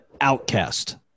Outcast